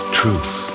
truth